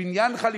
בניין חליפי?